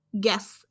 guess